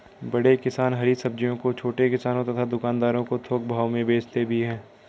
बड़े किसान हरी सब्जियों को छोटे किसानों तथा दुकानदारों को थोक भाव में भेजते भी हैं